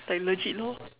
like legit lor